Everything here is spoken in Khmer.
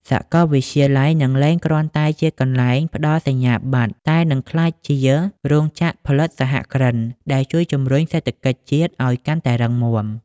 សាកលវិទ្យាល័យនឹងលែងគ្រាន់តែជាកន្លែងផ្ដល់សញ្ញាបត្រ តែនឹងក្លាយជា "រោងចក្រផលិតសហគ្រិន" ដែលជួយជម្រុញសេដ្ឋកិច្ចជាតិឱ្យកាន់តែរឹងមាំ។